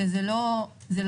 שזה לא רע,